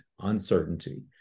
uncertainty